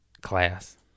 class